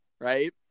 Right